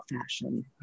fashion